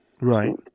Right